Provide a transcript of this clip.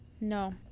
no